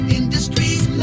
industries